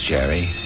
Jerry